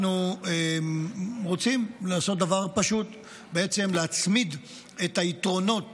אנחנו רוצים לעשות דבר פשוט: בעצם להצמיד את היתרונות